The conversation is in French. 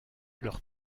leur